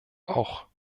auch